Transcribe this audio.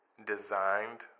designed